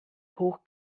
hoch